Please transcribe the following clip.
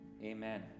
Amen